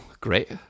great